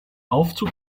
aufzug